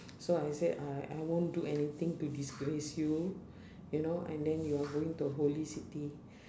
so I said I I won't do anything to disgrace you you know and then you are going to holy city